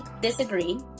disagree